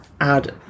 add